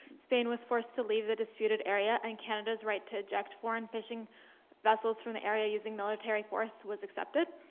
spain was forced to leave the disputed area and canada's right to eject foreign fishing vessels from the area using military force was accepted.